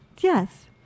Yes